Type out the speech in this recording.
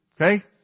okay